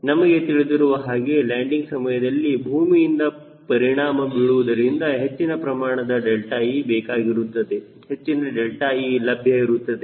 ಮತ್ತು ನಮಗೆ ತಿಳಿದಿರುವ ಹಾಗೆ ಲ್ಯಾಂಡಿಂಗ್ ಸಮಯದಲ್ಲಿ ಭೂಮಿಯಿಂದ ಪರಿಣಾಮ ಬೀಳುವುದರಿಂದ ಹೆಚ್ಚಿನ ಪ್ರಮಾಣದ 𝛿e ಬೇಕಾಗಿರುತ್ತದೆ ಹೆಚ್ಚಿನ 𝛿e ಲಭ್ಯ ಇರುತ್ತದೆ